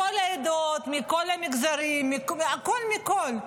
מכל העדות, מכל המגזרים, הכול מכול.